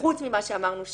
חוץ ממה שאמרנו שלא.